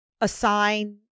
assign